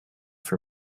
for